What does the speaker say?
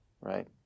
right